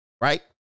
Right